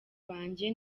banjye